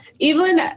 Evelyn